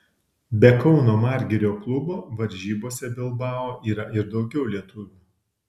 be kauno margirio klubo varžybose bilbao yra ir daugiau lietuvių